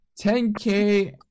10k